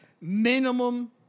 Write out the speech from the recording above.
minimum